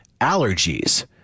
allergies